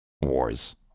Wars